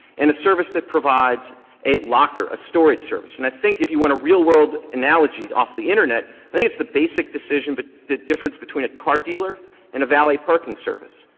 and a service that provides a locker, a storage service. and i think if you want a real world analogy off of the internet, i think it's the basic decision but the difference between a car dealer and a valet parking service.